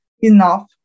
enough